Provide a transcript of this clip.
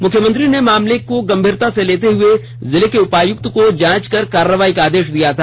मुख्यमंत्री ने मामले को गंभीरता से लेते हुए जिले के उपायक्त को जांच कर कार्रवाई का आदेश दिया था